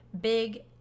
Big